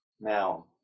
Now